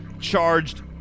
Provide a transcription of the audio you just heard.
charged